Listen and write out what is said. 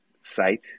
site